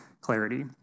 clarity